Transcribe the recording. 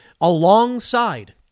alongside